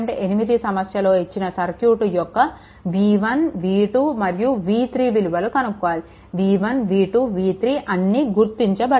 8 సమస్యలో ఇచ్చిన సర్క్యూట్ యొక్క v1 v2 మరియు v3 విలువలు కనుక్కోవాలి v1 v2 v3 అన్నీ గుర్తించబడ్డాయి